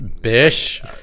Bish